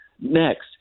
next